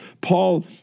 Paul